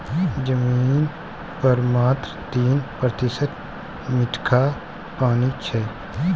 जमीन पर मात्र तीन प्रतिशत मीठका पानि छै